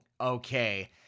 okay